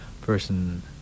person